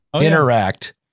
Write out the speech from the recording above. interact